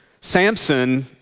Samson